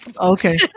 Okay